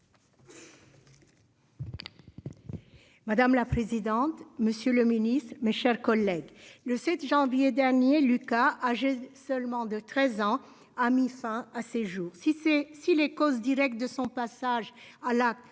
Madame la présidente. Monsieur le Ministre, mes chers collègues, le 7 janvier dernier Luca âgé seulement de 13 ans a mis fin à ses jours. Si c'est si les causes directes de son passage à l'acte